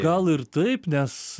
gal ir taip nes